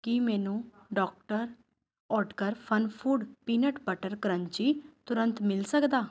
ਕੀ ਮੈਨੂੰ doctor Oetker Funfood peanut butter crunchy ਤੁਰੰਤ ਮਿਲ ਸਕਦਾ